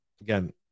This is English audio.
again